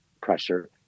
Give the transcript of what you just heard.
pressure